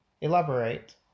Elaborate